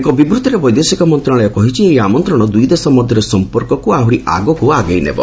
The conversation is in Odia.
ଏକ ବିବୃତ୍ତିରେ ବୈଦେଶିକ ମନ୍ତ୍ରଣାଳୟ କହିଛି ଏହି ଆମନ୍ତ୍ରଣ ଦୂଇଦେଶ ମଧ୍ୟରେ ସମ୍ପର୍କକୁ ଆହୁରି ଆଗକୁ ଆଗେଇ ନେବ